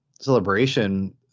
celebration